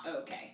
okay